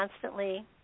constantly